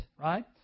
right